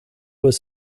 was